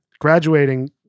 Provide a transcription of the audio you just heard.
Graduating